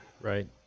Right